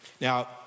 Now